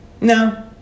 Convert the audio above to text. no